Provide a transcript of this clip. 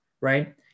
Right